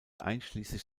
einschließlich